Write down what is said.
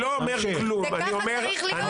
זה ככה צריך להיות?